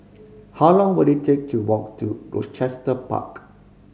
how long will it take to walk to Rochester Park